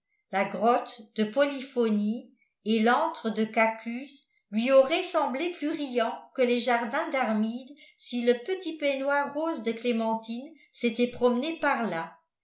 la grotte de polyphonie et l'antre de cacus lui auraient semblé plus riants que les jardins d'armide si le petit peignoir rose de clémentine s'était promené par là